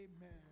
amen